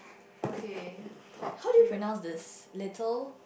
how did you pronounce this little